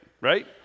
Right